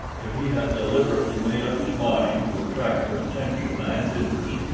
if he had deliberately made up his mind to attract her attention and interest,